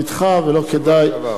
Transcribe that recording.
זה היה על סדר-היום בשבוע שעבר.